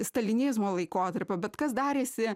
stalinizmo laikotarpio bet kas darėsi